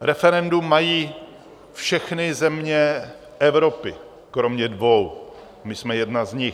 Referendum mají všechny země Evropy kromě dvou, my jsme jedna z nich.